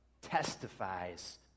testifies